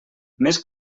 més